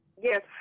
Yes